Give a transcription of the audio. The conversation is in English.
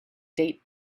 date